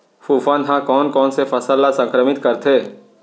फफूंद ह कोन कोन से फसल ल संक्रमित करथे?